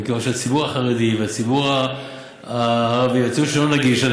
מכיוון שהציבור החרדי והציבור הערבי והציבור שאין לו גישה,